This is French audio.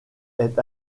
est